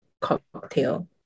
cocktail